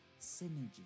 Synergy